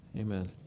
amen